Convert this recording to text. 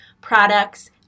products